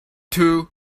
two